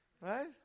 Right